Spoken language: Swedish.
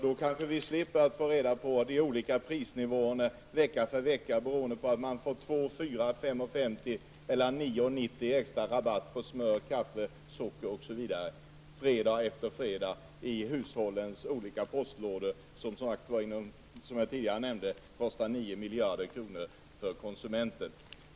Då kanske vi slipper få reda på de olika prisnivåerna vecka för vecka -- i extra rabatt på smör, kaffe, socker osv. -- i meddelanden fredag efter fredag i hushållens postlådor. Som jag tidigare nämnde kostar reklamen 9 miljarder kronor för konsumenten.